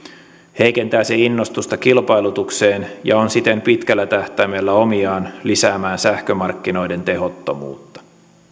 heikentää se innostusta kilpailutukseen ja on siten pitkällä tähtäimellä omiaan lisäämään sähkömarkkinoiden tehottomuutta